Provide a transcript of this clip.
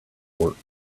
works